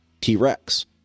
T-Rex